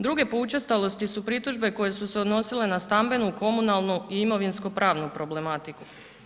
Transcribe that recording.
Druge po učestalosti su pritužbe koje su se odnosile na stambenu, komunalnu i imovinskopravnu problematiku.